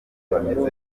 bameze